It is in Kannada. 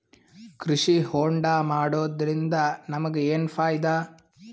ಕೃಷಿ ಹೋಂಡಾ ಮಾಡೋದ್ರಿಂದ ನಮಗ ಏನ್ ಫಾಯಿದಾ?